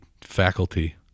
faculty